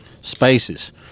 spaces